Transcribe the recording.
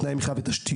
תנאי מחייה ותשתיות.